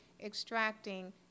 extracting